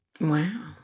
Wow